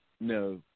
No